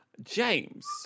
James